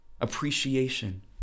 appreciation